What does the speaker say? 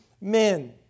men